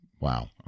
Wow